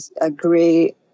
agree